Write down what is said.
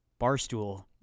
Barstool